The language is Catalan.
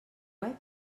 web